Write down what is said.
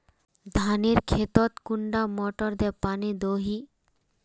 धानेर खेतोत कुंडा मोटर दे पानी दोही?